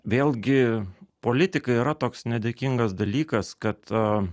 vėlgi politika yra toks nedėkingas dalykas kad